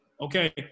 Okay